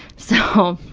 so,